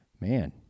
man